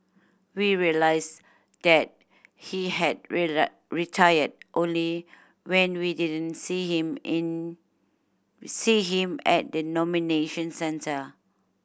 we realise that he had retired only when we didn't see him in see him at the nomination centre